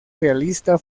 realista